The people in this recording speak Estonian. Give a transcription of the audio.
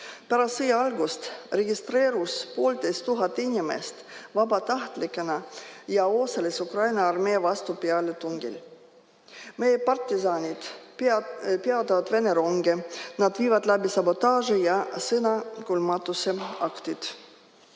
Pärast sõja algust registreerus poolteist tuhat inimest vabatahtlikena ja osales Ukraina armee vastupealetungil. Meie partisanid peatavad Vene ronge, nad viivad läbi sabotaaže ja sõnakuulmatuse akte.